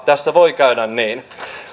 tässä voi käydä niin